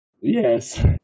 Yes